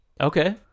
Okay